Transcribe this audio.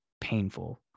painful